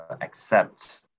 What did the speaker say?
accept